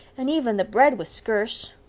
and even the bread was skurce.